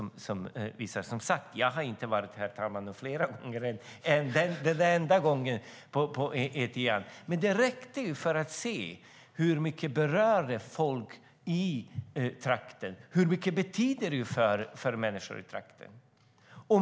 Det här var som sagt den enda gången jag har åkt på E10:an, men det räckte för att jag skulle se hur mycket det här berör folk i trakten och hur mycket det här betyder.